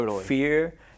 fear